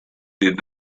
did